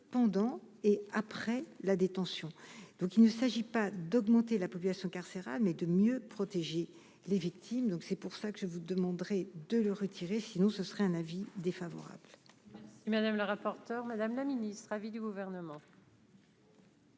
pendant et après la détention, donc il ne s'agit pas d'augmenter la population carcérale de mieux protéger les victimes, donc c'est pour ça que je vous demanderai de le retirer, sinon ce serait un avis défavorable. Madame le rapporteur, madame la ministre à vie du gouvernement.